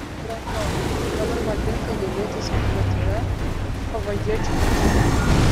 brangioji dabar madinga domėtis primityvia havajiečių tapyba